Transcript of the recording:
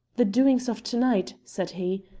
the doings of to-night, said he,